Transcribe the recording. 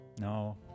No